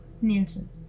Nielsen